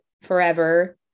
forever